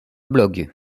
blog